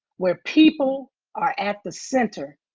where people are at the center,